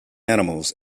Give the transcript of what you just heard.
animals